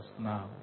now